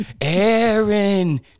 Aaron